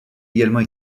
également